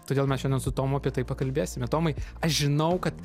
todėl mes šiandien su tomu apie tai pakalbėsime tomai aš žinau kad